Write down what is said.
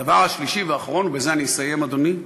הדבר השלישי והאחרון, ובזה אני אסיים, אדוני: